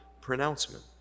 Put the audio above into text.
pronouncement